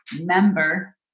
member